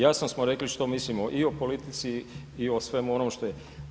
Jasno smo rekli što mislimo i o politici i o svemu onome što je.